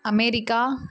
America